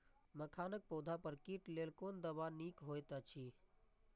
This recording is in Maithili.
मखानक पौधा पर कीटक लेल कोन दवा निक होयत अछि?